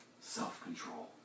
self-control